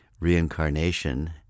reincarnation